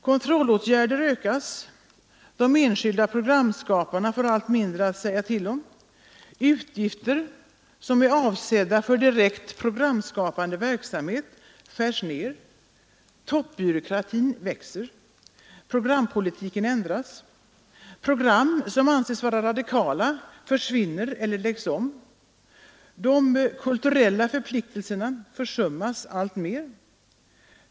Kontrollåtgärder ökas, de enskilda programskaparna får allt mindre att säga till om, utgifter som är avsedda för direkt programskapande verksamhet skärs ned, toppbyråkratin växer, programpolitiken ändras, program som anses vara radikala försvinner eller läggs om, de kulturella förpliktelserna försummas alltmer.